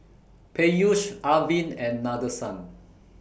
Peyush Arvind and Nadesan